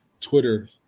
Twitter